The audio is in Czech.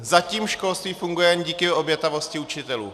Zatím školství funguje jen díky obětavosti učitelů.